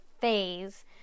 phase